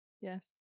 Yes